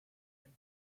him